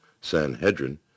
Sanhedrin